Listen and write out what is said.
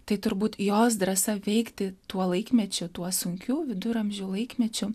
tai turbūt jos drąsa veikti tuo laikmečiu tuo sunkiu viduramžių laikmečiu